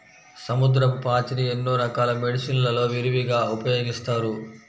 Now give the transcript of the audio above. సముద్రపు పాచిని ఎన్నో రకాల మెడిసిన్ లలో విరివిగా ఉపయోగిస్తారు